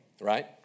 right